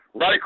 Right